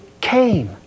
came